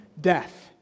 death